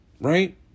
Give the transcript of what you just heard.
Right